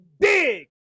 dig